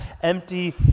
empty